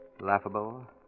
Laughable